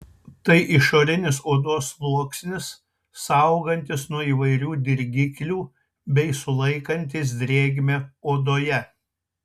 tai išorinis odos sluoksnis saugantis nuo įvairių dirgiklių bei sulaikantis drėgmę odoje